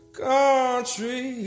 country